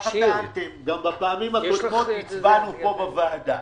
ככה טענתם, גם בפעמים הקודמות הצבענו פה בוועדה.